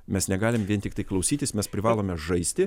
mes negalim vien tiktai klausytis mes privalome žaisti